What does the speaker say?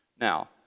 Now